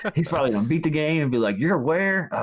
he's probably gonna beat the game and be like, you're where?